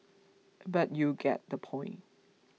but you get the point